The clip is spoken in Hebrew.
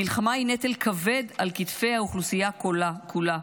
המלחמה היא נטל כבד על כתפי האוכלוסייה כולה,